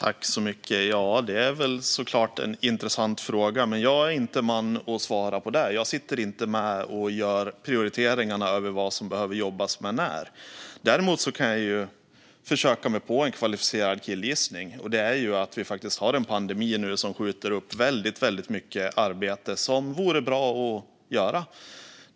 Fru talman! Det är såklart en intressant fråga, men jag är inte man att svara på den. Jag sitter inte med och gör prioriteringarna för vad det behöver jobbas med och när. Jag kan däremot försöka mig på en kvalificerad killgissning, nämligen att vi faktiskt har en pandemi nu som skjuter upp väldigt mycket arbete som vore bra att göra.